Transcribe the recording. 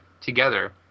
together